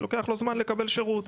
לוקח לו זמן לקבל שירות,